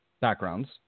backgrounds